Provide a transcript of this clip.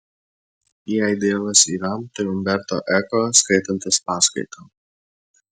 jei dievas yra tai umberto eko skaitantis paskaitą